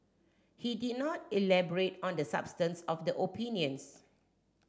he did not elaborate on the substance of the opinions